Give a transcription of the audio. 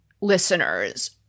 listeners